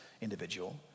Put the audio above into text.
individual